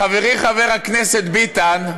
חברי חבר הכנסת ביטן,